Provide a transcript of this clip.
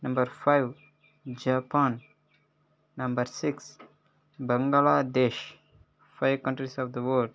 number five Japan number six Bangladesh five countries of the world